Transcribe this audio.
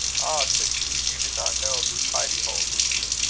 ah! said hugh, you did not know of this hidie-hole, did you?